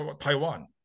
Taiwan